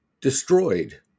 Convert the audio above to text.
destroyed